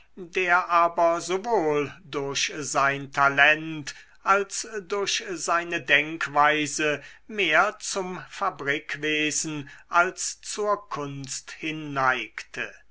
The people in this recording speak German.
der aber sowohl durch sein talent als durch seine denkweise mehr zum fabrikwesen als zur kunst